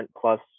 plus